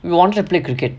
we wanted to play cricket